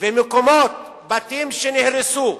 ובתים שנהרסו,